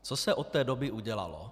Co se od té doby udělalo?